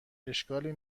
اشکالی